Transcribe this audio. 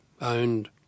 owned